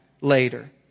later